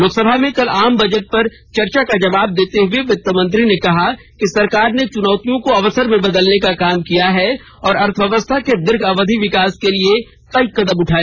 लोकसभा में कल आम बजट पर चर्चा का जवाब देते हुए वित्त मंत्री ने कहा कि सरकार ने चुनौतियों को अवसर में बदलने का काम किया और अर्थव्यवस्था के दीर्घ अवधि विकास के लिए कई कदम उठाए